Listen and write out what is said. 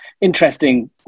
interesting